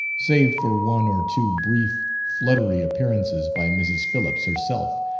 save for one or two brief, fluttery appearances by mrs. phillips herself,